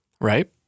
right